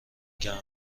گرم